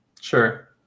Sure